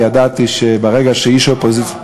כי ידעתי שברגע שאיש אופוזיציה,